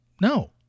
No